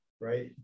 right